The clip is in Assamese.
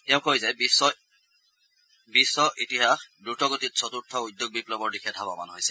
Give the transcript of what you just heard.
তেওঁ কয় যে বিশ্ব ইতিহাস দ্ৰুতগতিত চতুৰ্থ উদ্যোগ বিপ্লৱৰ দিশে ধাৱমান হৈছে